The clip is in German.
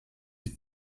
die